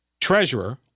treasurer